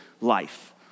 life